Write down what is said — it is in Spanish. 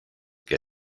que